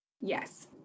Yes